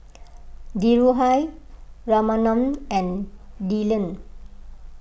Dhirubhai Ramanand and Dhyan